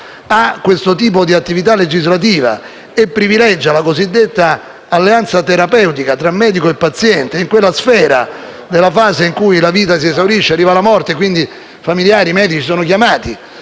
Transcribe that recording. a questo tipo di attività legislativa e privilegia la cosiddetta alleanza terapeutica tra medico e paziente nella fase in cui la vita si esaurisce e arriva la morte, quando, quindi, i familiari e i medici sono chiamati